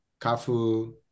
Kafu